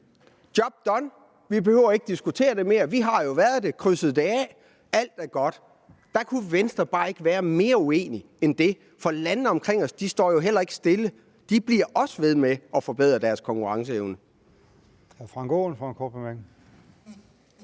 job done, man behøver ikke diskutere det mere, man har jo været der, krydset det af, og alt er godt. Der kunne Venstre bare ikke være mere uenig, for landene omkring os står jo heller ikke stille, de bliver også ved med at forbedre deres konkurrenceevne.